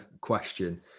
question